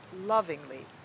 lovingly